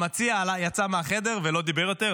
המציע יצא מהחדר ולא דיבר יותר,